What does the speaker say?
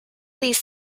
these